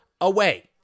away